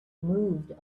moved